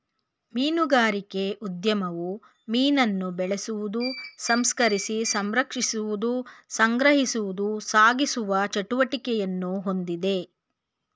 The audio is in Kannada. ಮೀನುಗಾರಿಕೆ ಉದ್ಯಮವು ಮೀನನ್ನು ಬೆಳೆಸುವುದು ಸಂಸ್ಕರಿಸಿ ಸಂರಕ್ಷಿಸುವುದು ಸಂಗ್ರಹಿಸುವುದು ಸಾಗಿಸುವ ಚಟುವಟಿಕೆಯನ್ನು ಹೊಂದಿದೆ